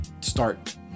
Start